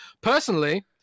personally